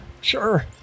sure